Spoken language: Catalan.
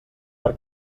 per